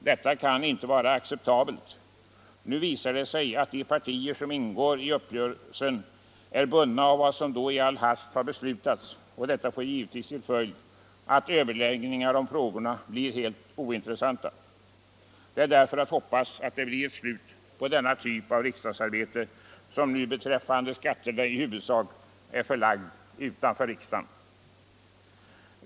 Detta kan inte vara acceptabelt. Nu visar det sig att de partier som ingår i uppgörelsen är bundna av vad som då i all hast beslutats, och detta får givetvis till följd att överläggningarna om frågorna blir helt ointressanta. Det är därför att hoppas att det blir ett slut på denna typ av riksdagsarbete som nu när det gäller skatterna i huvudsak är förlagt utanför riksdagen.